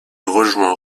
rejoint